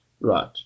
right